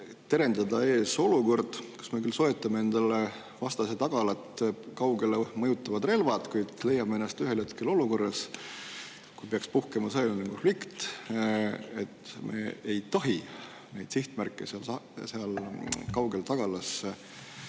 terendada olukord, kus me küll soetame endale vastase kauget tagalat mõjutavad relvad, kuid leiame ennast ühel hetkel olukorrast, et kui peaks puhkema sõjaline konflikt, siis me ei tohi neid sihtmärke seal kaugel tagalas